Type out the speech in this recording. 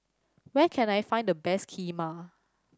where can I find the best Kheema